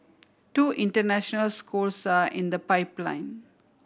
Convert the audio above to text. two international schools are in the pipeline